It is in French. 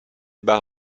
bas